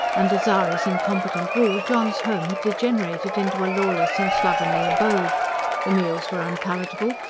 under zara's incompetent rule john's home had degenerated into a lawless and slovenly abode the meals were unpalatable,